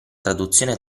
traduzione